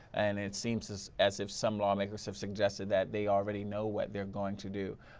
and it seems as as if some lawmakers have suggested that they already know what they are going to do.